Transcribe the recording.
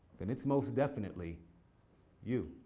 then it's most definitely you.